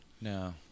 No